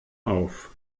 auf